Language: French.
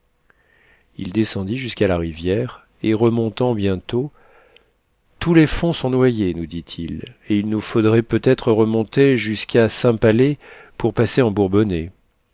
il descendit jusqu'à la rivière et remontant bientôt tous les fonds sont noyés nous dit-il et il nous faudrait peut-être remonter jusqu'à saint pallais pour passer en bourbonnais